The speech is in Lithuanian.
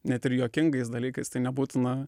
net ir juokingais dalykais tai nebūtina